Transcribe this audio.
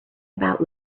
about